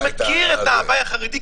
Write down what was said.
שמכיר את ההווי החרדי,